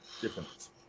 difference